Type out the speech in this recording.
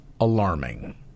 alarming